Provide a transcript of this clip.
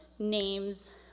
names